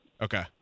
Okay